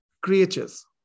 creatures